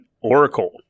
Oracle